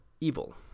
evil